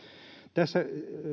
tässä